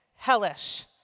Hellish